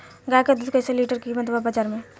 गाय के दूध कइसे लीटर कीमत बा बाज़ार मे?